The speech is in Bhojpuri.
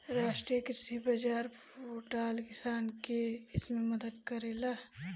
राष्ट्रीय कृषि बाजार पोर्टल किसान के कइसे मदद करेला?